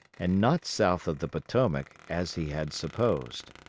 and not south of the potomac, as he had supposed.